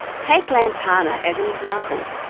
take lantana as an example.